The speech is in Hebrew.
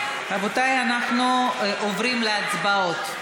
רבותיי, אנחנו עוברים להצבעות.